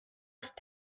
ist